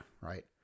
right